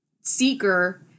seeker